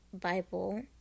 Bible